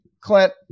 Clint